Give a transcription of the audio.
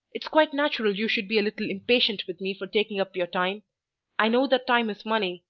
it's quite natural you should be a little impatient with me for taking up your time i know that time is money,